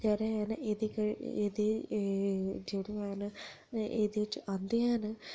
बगैरा है'न एह्दे कन्नै एह्दे जेह्ड़ियां है'न ते एह्दे बिच आंदे 'न